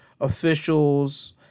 officials